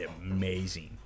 amazing